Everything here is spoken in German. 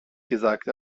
gesagt